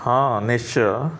ହଁ ନିଶ୍ଚୟ